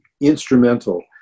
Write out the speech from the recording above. instrumental